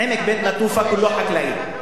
עמק בית-נטופה כולו חקלאי.